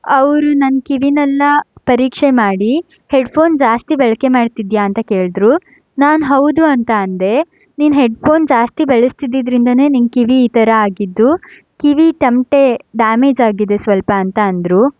ಅವರು ನನ್ನ ಕಿವಿಯೆಲ್ಲ ಪರೀಕ್ಷೆ ಮಾಡಿ ಹೆಡ್ಫೋನ್ ಜಾಸ್ತಿ ಬಳಕೆ ಮಾಡ್ತಿದ್ದೀಯ ಅಂತ ಕೇಳಿದ್ರು ನಾನು ಹೌದು ಅಂತ ಅಂದೆ ನೀನು ಹೆಡ್ಫೋನ್ ಜಾಸ್ತಿ ಬಳಸ್ತಿದ್ದಿದ್ರಿಂದಾನೆ ನಿನ್ನ ಕಿವಿ ಈ ಥರ ಆಗಿದ್ದು ಕಿವಿ ತಮಟೆ ಡ್ಯಾಮೇಜ್ ಆಗಿದೆ ಸ್ವಲ್ಪ ಅಂತ ಅಂದರು